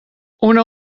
una